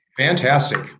Fantastic